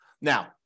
Now